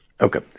Okay